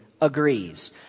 agrees